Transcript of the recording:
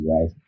right